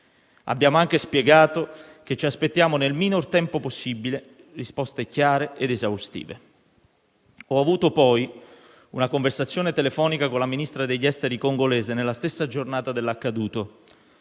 Abbiamo anche spiegato che ci aspettiamo, nel minor tempo possibile, risposte chiare ed esaustive. Ho avuto poi una conversazione telefonica con il Ministro degli esteri congolese nella stessa giornata dell'accaduto.